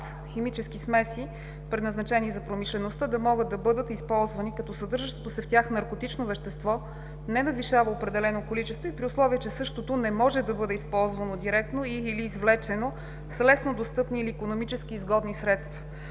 химически смеси, предназначени за промишлеността, да могат да бъдат използвани, като съдържащото се в тях наркотично вещество не надвишава определено количество и при условие, че същото не може да бъде използвано директно, или извлечено с леснодостъпни, или икономически изгодни средства.